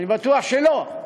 אני בטוח שלא.